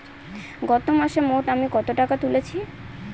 গত মাসে মোট আমি কত টাকা তুলেছি?